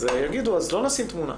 אז יחליטו לא לשים את התמונה.